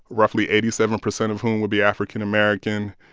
roughly eighty seven percent of whom would be african-american.